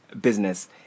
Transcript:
business